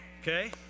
Okay